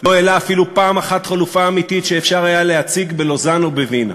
לא העלה אפילו פעם אחת חלופה אמיתית שאפשר היה להציג בלוזאן או בווינה.